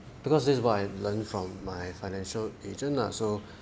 because this is what I learn from my financial agent lah so